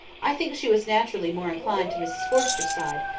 i think she was naturally more inclined to mrs forrester's side,